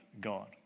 God